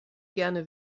gerne